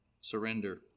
surrender